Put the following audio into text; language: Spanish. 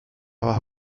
bajo